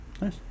Nice